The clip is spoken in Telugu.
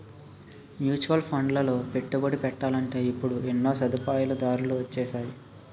మ్యూచువల్ ఫండ్లలో పెట్టుబడి పెట్టాలంటే ఇప్పుడు ఎన్నో సదుపాయాలు దారులు వొచ్చేసాయి